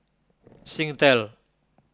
Singtel